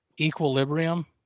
equilibrium